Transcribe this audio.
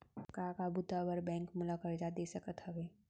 का का बुता बर बैंक मोला करजा दे सकत हवे?